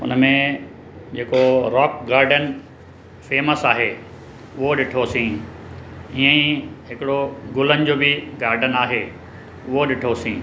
हुन में जेको रॉक गार्डन फ़ेमस आहे उहो ॾिठोसीं इअं ई हिकिड़ो गुलनि जो बि गार्डन आहे उहो ॾिठोसीं